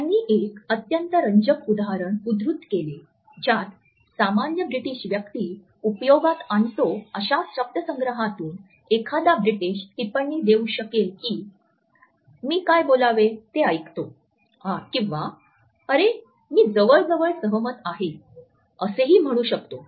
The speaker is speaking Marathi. त्याने एक अत्यंत रंजक उदाहरण उद्धृत केले ज्यात सामान्य ब्रिटिश व्यक्ती उपयोगात आणतो अशा शब्दसंग्रहातून एखादा ब्रिटिश टिप्पणी देऊ शकेल की "मी काय बोलावे ते ऐकतो " किंवा "अरे मी जवळजवळ सहमत आहे" असेही म्हणू शकतो